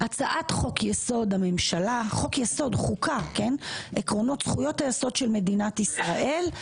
הצעת חוק יסוד: הממשלה - עקרונות זכויות היסוד של מדינת ישראל,